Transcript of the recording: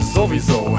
Sowieso